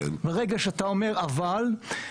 ברגע שאתה אומר אבל,